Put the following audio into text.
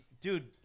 dude